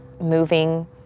moving